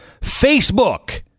Facebook